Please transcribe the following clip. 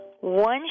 one